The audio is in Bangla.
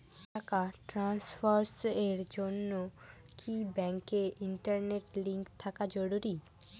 টাকা ট্রানস্ফারস এর জন্য কি ব্যাংকে ইন্টারনেট লিংঙ্ক থাকা জরুরি?